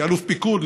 כאלוף פיקוד,